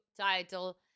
title